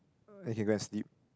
can go and sleep